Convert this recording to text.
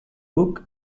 book